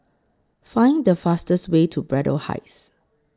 Find The fastest Way to Braddell Heights